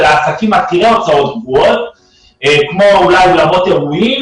זה לעסקים עתירי הוצאות קבועות כמו אולי אולמות אירועים